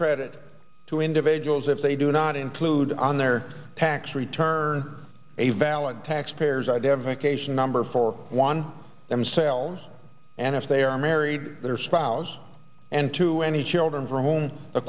credit to individuals if they do not include on their tax return a valid tax payers identification number for one themselves and if they are married their spouse and to any children